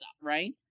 right